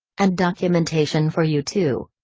and documentation for you two.